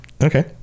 okay